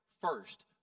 first